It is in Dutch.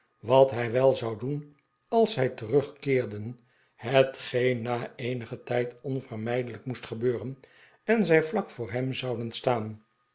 wat hij wel zou doen als zij terugkeerden hetgeen na eenigen tijd onvermijdelijk moest gebeuren en zij vlak voor hem zouden staan